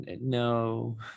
no